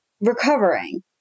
recovering